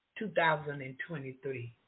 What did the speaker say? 2023